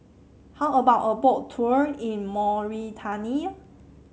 how about a Boat Tour in Mauritania